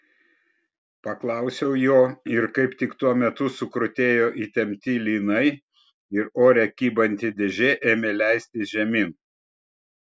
paklausiau jo ir kaip tik tuo metu sukrutėjo įtempti lynai ir ore kybanti dėžė ėmė leistis žemyn